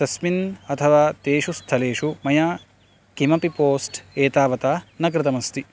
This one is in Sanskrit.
तस्मिन् अथवा तेषु स्थलेषु मया किमपि पोस्ट् एतावता न कृतम् अस्ति